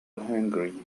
hungry